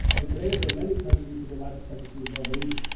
and today there are many countries with a life expectancy above eighty.